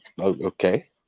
Okay